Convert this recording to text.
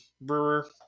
brewer